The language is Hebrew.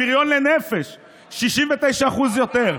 הפריון לנפש הוא 69% יותר,